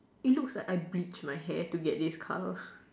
it looks like I bleached my hair to get this color